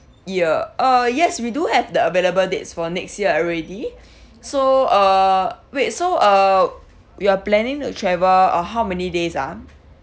year uh yes we do have the available dates for next year already so uh wait so uh you're planning to travel uh how many days ah